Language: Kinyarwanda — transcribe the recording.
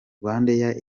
rwandair